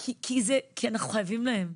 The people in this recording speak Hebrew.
כי אנחנו חייבים להם,